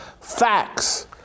facts